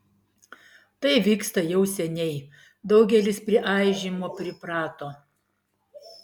tai vyksta jau seniai daugelis prie aižymo priprato